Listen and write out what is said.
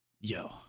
yo